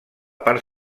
part